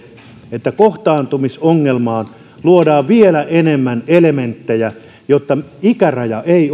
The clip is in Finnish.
että kohtaanto ongelmaan luodaan vielä enemmän elementtejä jotta ikäraja ei